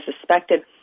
suspected